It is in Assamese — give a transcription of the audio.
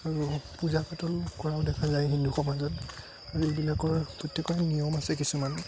আৰু পূজা পাতল কৰাও দেখা যায় হিন্দু সমাজত আৰু এইবিলাকৰ প্ৰত্য়েকৰ নিয়ম আছে কিছুমান